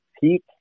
peak